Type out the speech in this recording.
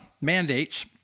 mandates